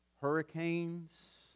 Hurricanes